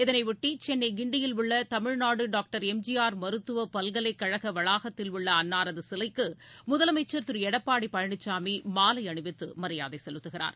இதனையொட்டி சென்னை கிண்டியில் உள்ள Tamil Nadu doctor M G R மருத்துவ பல்கலைக்கழக வளாகத்தில் உள்ள அன்னாரது சிலைக்கு முதலமைச்சர் திரு எடப்பாடி பழனிசாமி மாலை அணிவித்து மரியாதை செலுத்துகிறார்